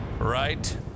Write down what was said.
right